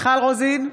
מיכל רוזין,